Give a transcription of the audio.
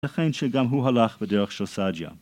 ולכן שגם הוא הלך בדרך של סעדיה.